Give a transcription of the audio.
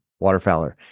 waterfowler